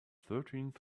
thirteenth